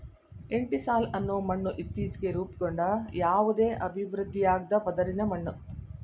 entisol ಅನ್ನೋ ಮಣ್ಣು ಇತ್ತೀಚ್ಗೆ ರೂಪುಗೊಂಡ ಯಾವುದೇ ಅಭಿವೃದ್ಧಿಯಾಗ್ದ ಪದರಿನ ಮಣ್ಣು